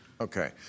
Okay